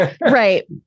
Right